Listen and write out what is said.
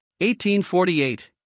1848